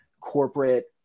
corporate